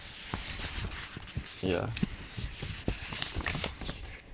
ya